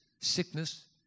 sickness